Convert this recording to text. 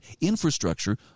infrastructure